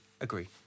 agree